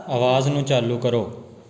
ਆਵਾਜ਼ ਨੂੰ ਚਾਲੂ ਕਰੋ